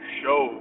show